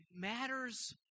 matters